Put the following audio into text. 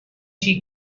she